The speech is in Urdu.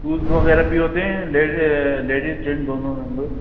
سوز وغیرہ بھی ہوتے ہیں لیڈیز چنٹ دونوں ہ گو